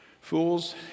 Fools